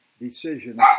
decisions